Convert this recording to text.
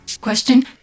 Question